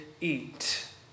eat